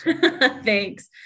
Thanks